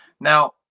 Now